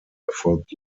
erfolgt